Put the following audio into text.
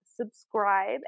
subscribe